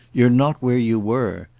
you're not where you were.